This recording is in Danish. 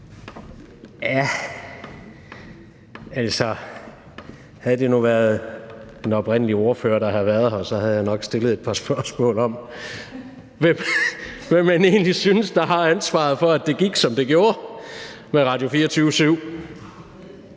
Altså, havde det nu været den oprindelige ordfører, der havde været her, havde jeg nok stillet et par spørgsmål om, hvem man egentlig synes har ansvaret for, at det gik, som det gjorde med Radio24syv.